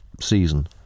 season